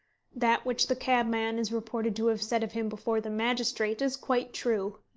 that which the cabman is reported to have said of him before the magistrate is quite true.